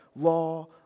law